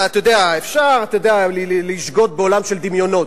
אתה יודע, אפשר לשגות בעולם של דמיונות,